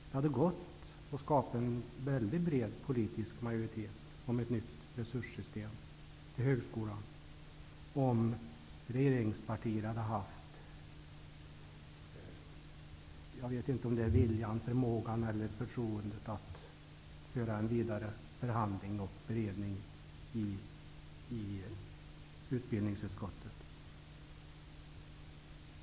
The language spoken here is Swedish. Det hade gått att skapa en väldigt bred politisk majoritet om ett nytt resurssystem för högskolan, om regeringspartierna bara hade haft viljan, förmågan eller förtroendet att föra en vidare förhandling i utbildningsutskottet.